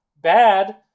bad